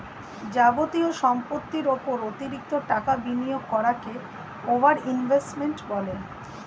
যাবতীয় সম্পত্তির উপর অতিরিক্ত টাকা বিনিয়োগ করাকে ওভার ইনভেস্টিং বলে